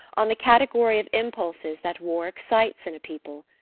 on the category of impulses that war excites in a people.